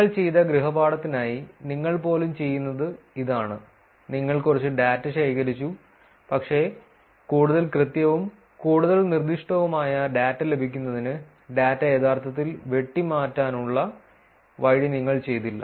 നിങ്ങൾ ചെയ്ത ഗൃഹപാഠത്തിനായി നിങ്ങൾ പോലും ചെയ്യുന്നത് ഇതാണ് നിങ്ങൾ കുറച്ച് ഡാറ്റ ശേഖരിച്ചു പക്ഷേ കൂടുതൽ കൃത്യവും കൂടുതൽ നിർദ്ദിഷ്ടവുമായ ഡാറ്റ ലഭിക്കുന്നതിന് ഡാറ്റ യഥാർത്ഥത്തിൽ വെട്ടിമാറ്റാനുള്ള വഴി നിങ്ങൾ ചെയ്തില്ല